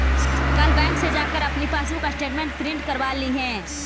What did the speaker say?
कल बैंक से जाकर अपनी पासबुक स्टेटमेंट प्रिन्ट करवा लियह